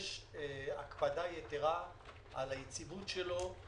יש הקפדה יתרה על היציבות שלו.